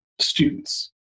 Students